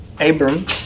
Abram